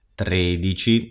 tredici